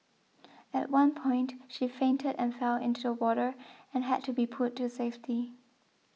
at one point she fainted and fell into the water and had to be pulled to safety